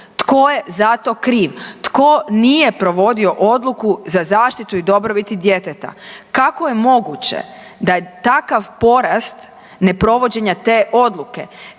tko je za to kriv? Tko nije provodio odluku za zaštitu i dobrobiti djeteta? Kako je moguće da je takav porast neprovođenja te odluke?